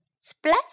Splash